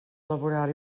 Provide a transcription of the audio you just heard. laboral